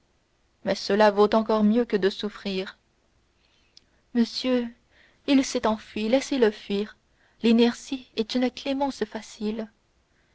mais cela vaut encore mieux que de souffrir monsieur il s'est enfui laissez-le fuir l'inertie est une clémence facile